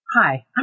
Hi